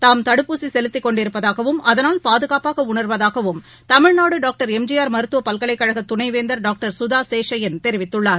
தாம் தடுப்பூசி செலுத்திக் கொண்டிருப்பதாகவும் அதனால் பாதுகாப்பாக உணர்வதாகவும் தமிழ்நாடு டாக்டர் எம்ஜிஆர் மருத்துவ பல்கலைக்கழக துணை வேந்தர் டாக்டர் சுதா சேஷய்யன் தெரிவித்துள்ளார்